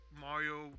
Mario